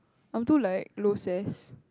I am too like low ses